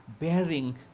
bearing